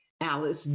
Alice